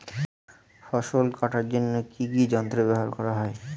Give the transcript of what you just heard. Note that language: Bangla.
ফসল কাটার জন্য কি কি যন্ত্র ব্যাবহার করা হয়?